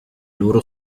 loro